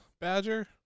Badger